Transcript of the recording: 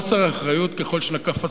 חוסר אחריות, ככל שנקף הזמן,